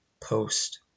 post